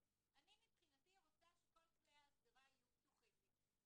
מבחינתי רוצה שכל כלי הסדרה יהיו פתוחים לי.